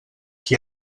qui